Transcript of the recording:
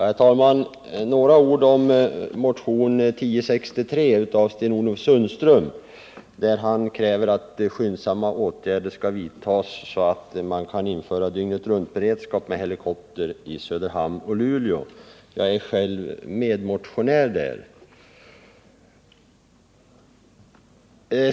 Herr talman! Jag vill säga några ord om motionen 1063 av Sten-Ove Sundström m.fl., vari begärs att skyndsamma åtgärder vidtas för en tillfredsställande dygnsberedskap med räddningshelikopter i Söderhamn och Luleå. Jag är själv medmotionär.